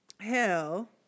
hell